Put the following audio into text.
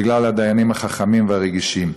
בגלל הדיינים החכמים והרגישים.